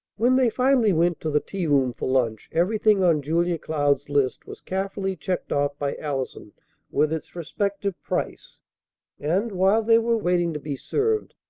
when they finally went to the tea-room for lunch, everything on julia cloud's list was carefully checked off by allison with its respective price and, while they were waiting to be served,